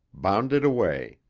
bounded away.